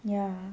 ya